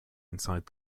inside